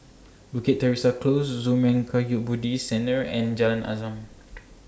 Bukit Teresa Close Zurmang Kagyud Buddhist Centre and Jalan Azam